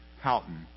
Houghton